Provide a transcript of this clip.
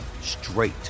straight